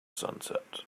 sunset